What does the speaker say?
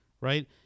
right